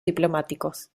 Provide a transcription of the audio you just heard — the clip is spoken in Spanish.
diplomáticos